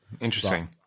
Interesting